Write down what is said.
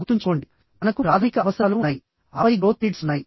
గుర్తుంచుకోండి మనకు ప్రాథమిక అవసరాలు ఉన్నాయి ఆపై గ్రోత్ నీడ్స్ ఉన్నాయి